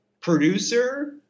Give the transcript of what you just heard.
producer